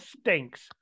stinks